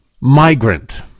migrant